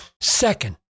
Second